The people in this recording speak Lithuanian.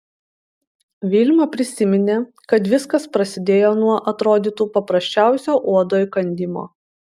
vilma prisiminė kad viskas prasidėjo nuo atrodytų paprasčiausio uodo įkandimo